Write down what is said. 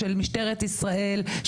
של משטרת ישראל,